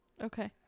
Okay